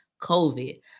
COVID